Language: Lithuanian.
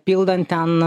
pildant ten